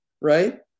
right